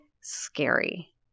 scary